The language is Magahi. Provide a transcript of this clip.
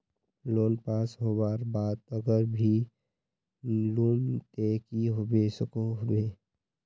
लोन पास होबार बाद अगर नी लुम ते की होबे सकोहो होबे?